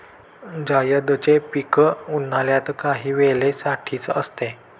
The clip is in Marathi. जायदचे पीक उन्हाळ्यात काही वेळे साठीच असते